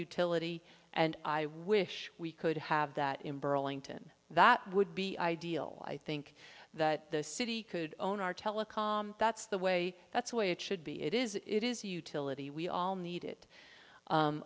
utility and i wish we could have that in burlington that would be ideal i think that the city could own our telecom that's the way that's the way it should be it is it is a utility we all need it u